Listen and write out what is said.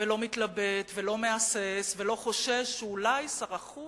לא מתלבט, לא מהסס ולא חושש שאולי שר החוץ